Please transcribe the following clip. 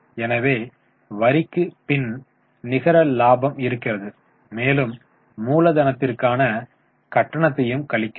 எனவே வரிக்குப் பின் நிகர லாபம் இருக்கிறது மேலும் மூலதனத்திற்கான கட்டணத்தையும் கழிக்கிறோம்